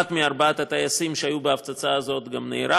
אחד מארבעת הטייסים שהיו בהפצצה הזאת גם נהרג